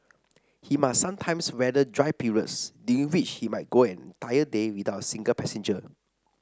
he must sometimes weather dry periods during which he might go an entire day without a single passenger